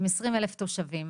עם 20,000 תושבים,